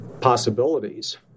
possibilities